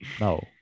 No